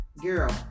girl